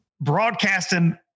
broadcasting